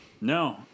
No